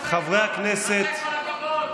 למה הרוע הזה?